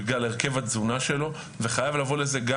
בגלל הרכב התזונה שלו וחייב לבוא לזה גם